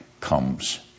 comes